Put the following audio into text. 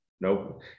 nope